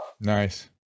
nice